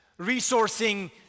resourcing